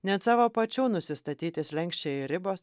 net savo pačių nusistatyti slenksčiai ir ribos